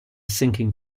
sinking